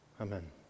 Amen